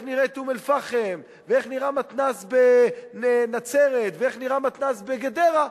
לאיך נראית אום-אל-פחם ואיך נראה מתנ"ס בנצרת ואיך נראה מתנ"ס בגדרה,